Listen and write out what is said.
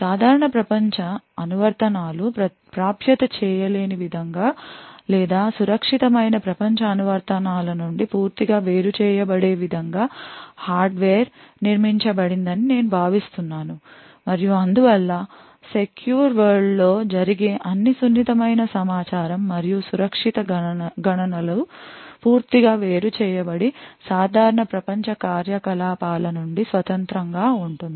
సాధారణ ప్రపంచ అనువర్తనాలు యాక్సెస్ చేయలేని విధంగా లేదా సురక్షితమైన ప్రపంచ అనువర్తనాల నుండి పూర్తిగా వేరుచేయబడే విధంగా హార్డ్వేర్ నిర్మించబడిందని నేను భావిస్తున్నాను మరియు అందువల్లసెక్యూర్ వరల్డ్ లో జరిగే అన్ని సున్నితమైన సమాచారం మరియు సురక్షిత గణనలు పూర్తిగా వేరుచేయబడి సాధారణ ప్రపంచ కార్యకలాపాల నుండి స్వతంత్రంగా ఉంటుంది